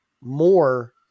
more